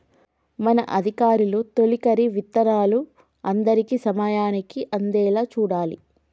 మన అధికారులు తొలకరి విత్తనాలు అందరికీ సమయానికి అందేలా చూడాలి